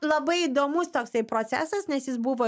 labai įdomus toksai procesas nes jis buvo